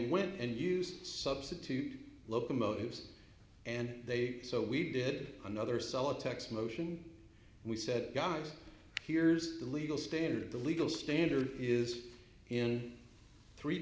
went and used substitute locomotives and they so we did another solid text motion and we said guys here's the legal standard the legal standard is in three